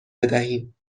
بدهیم